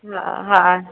हा हा